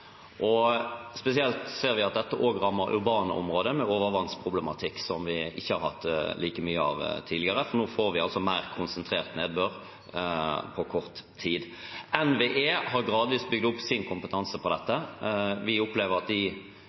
ser spesielt at dette også rammer urbane områder, med overvannsproblematikk som vi ikke har hatt like mye av tidligere, for nå får vi mer konsentrert nedbør på kort tid. NVE har gradvis bygget opp sin kompetanse på dette. Vi opplever at de